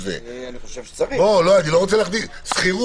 גם לגבי מסגרת אולי לאו דווקא לומר טיפולית או חינוכית,